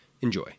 Enjoy